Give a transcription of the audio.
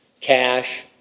Cash